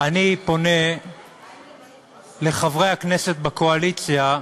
אני פונה לחברי הכנסת בקואליציה,